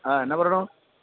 ആ എന്നാ പറയുന്നു